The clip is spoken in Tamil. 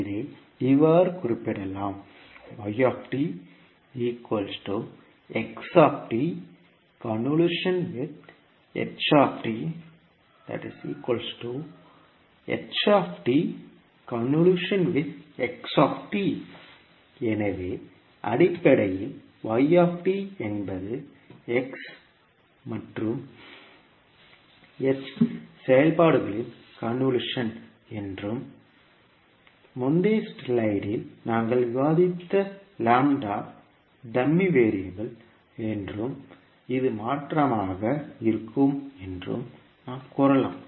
இதை இவ்வாறு குறிப்பிடலாம் எனவே அடிப்படையில் yt என்பது x மற்றும் h செயல்பாடுகளின் கன்வொல்யூஷன் என்றும் முந்தைய ஸ்லைடில் நாங்கள் விவாதித்த லாம்ப்டா டம்மி வேறியபிள் என்றும் இது மாற்றமாக இருக்கும் என்றும் நாம் கூறலாம்